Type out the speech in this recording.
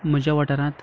म्हज्या वाठारांत